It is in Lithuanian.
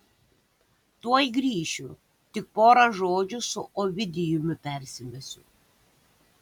tuoj grįšiu tik pora žodžių su ovidijumi persimesiu